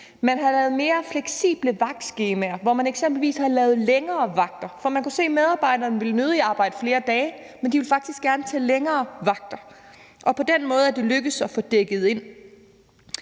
Man har lavet mere fleksible vagtskemaer, hvor man eksempelvis har lavet længere vagter, for man kunne se, at medarbejderne nødig ville arbejde flere dage, men at de faktisk gerne ville tage længere vagter. På den måde er det lykkedes at få dækket det